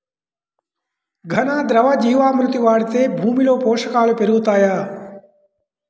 ఘన, ద్రవ జీవా మృతి వాడితే భూమిలో పోషకాలు పెరుగుతాయా?